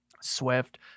Swift